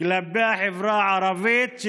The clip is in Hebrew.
כלפי החברה הערבית?